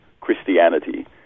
Christianity